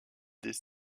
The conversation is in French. des